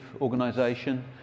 organization